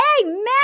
amen